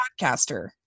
podcaster